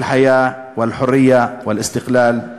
(אומר בערבית: אל-עיסאוויה צריכה חיים,